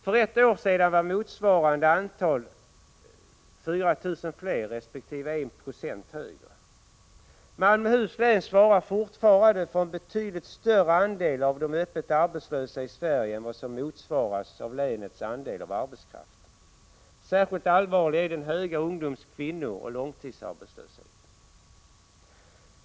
För ett år sedan var motsvarande antal resp. andel 4 000 fler resp. 1 procentenhet högre. Malmöhus län svarar fortfarande för en betydligt större andel av de öppet arbetslösa i Sverige än vad som motsvarar länets andel av arbetskraften. Särskilt allvarlig är den höga ungdoms-, kvinnooch långtidsarbetslösheten.